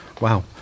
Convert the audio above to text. Wow